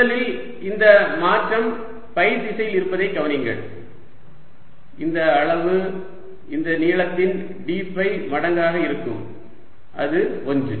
முதலில் இந்த மாற்றம் ஃபை திசையில் இருப்பதை கவனியுங்கள் இந்த அளவு இந்த நீளத்தின் d ஃபை மடங்காக இருக்கும் அது 1